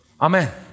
Amen